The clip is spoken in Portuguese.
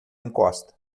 encosta